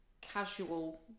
casual